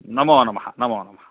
नमो नमः नमो नमः